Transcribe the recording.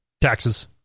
Taxes